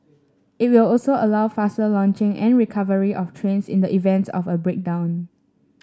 it will also allow faster launching and recovery of trains in the events of a breakdown